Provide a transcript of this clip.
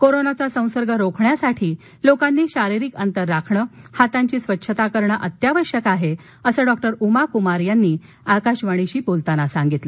कोरोनाचा संसर्ग रोखण्यासाठी लोकांनी शारीरिक अंतर राखणं हातांची स्वच्छता करणं अत्यावश्यक आहे असंही त्यांनी आकाशवाणीशी बोलताना सांगितलं